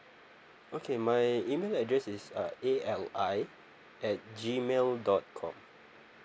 okay my email address is uh A L I at G mail dot com